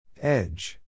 Edge